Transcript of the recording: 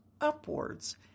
upwards